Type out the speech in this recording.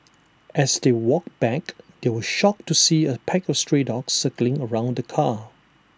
as they walked back they were shocked to see A pack of stray dogs circling around the car